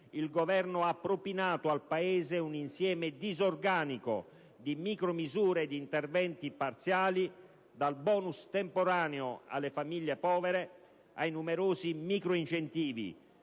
il Governo ha propinato al Paese un insieme disorganico di micromisure e di interventi parziali, dal *bonus* temporaneo alle famiglie povere ai numerosi microincentivi